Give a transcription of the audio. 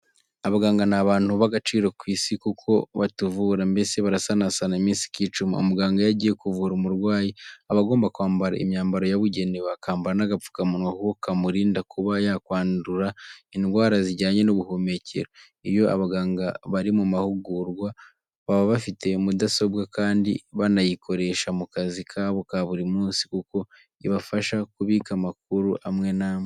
Abaganga ni abantu b'agaciro ku isi kuko batuvura, mbese barasanasana iminsi ikicuma. Umugana iyo agiye kuvura umurwayi, aba agomba kwambara imyambaro yabugenewe, akambara n'agapfukamunwa kuko kamurinda kuba yakwandura indwara zijyanye n'ubuhumekero. Iyo abaganga bari mu mahugurwa baba bafite mudasobwa kandi banayikoresha mu kazi kabo ka buri munsi, kuko ibafasha kubika amakuru amwe n'amwe.